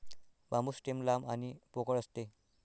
बांबू stem लांब आणि पोकळ असते